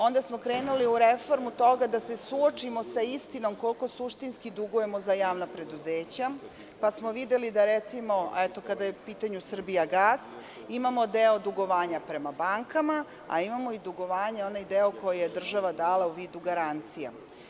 Onda smo krenuli u reformu toga da se suočimo sa istinom koliko suštinski dugujemo za javna preduzeća, pa smo videli da, recimo, eto, kada je u pitanju „Srbijagas“ imamo deo dugovanja prema bankama, a imamo onaj deo dugovanja koji je država dala u vidu garancija.